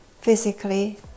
physically